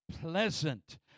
pleasant